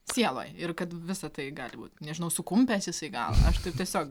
sieloj ir kad visa tai gali būt nežinau sukumpęs jisai gal aš taip tiesiog